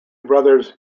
brothers